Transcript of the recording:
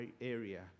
area